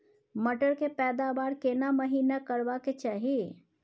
मटर के पैदावार केना महिना करबा के चाही?